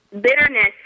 bitterness